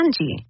Angie